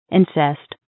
Incest